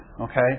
Okay